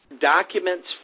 documents